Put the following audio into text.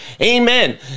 Amen